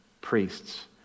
priests